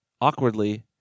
awkwardly